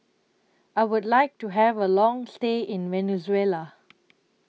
I Would like to Have A Long stay in Venezuela